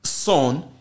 Son